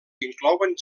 inclouen